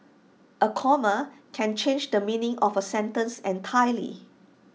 A comma can change the meaning of A sentence entirely